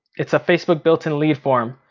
it's a facebook built in lead form.